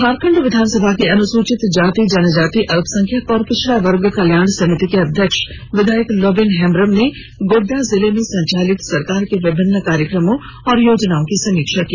झारखंड विधानसभा की अनुसूचित जाति जनजाति अल्पसंख्यक एवं पिछड़ा वर्ग कल्याण समिति के अध्यक्ष विधायक लोबिन हेम्ब्रम ने गोड्डा जिले में संचालित सरकार के विभिन्न कार्यक्रमों और योजनाओं की समीक्षा की